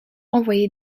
envoyé